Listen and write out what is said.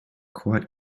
quite